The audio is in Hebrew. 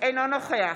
אינו נוכח